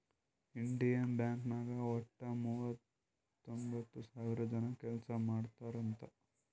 Indian bank ನಾಗ್ ವಟ್ಟ ಮೂವತೊಂಬತ್ತ್ ಸಾವಿರ ಜನ ಕೆಲ್ಸಾ ಮಾಡ್ತಾರ್ ಅಂತ್